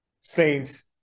Saints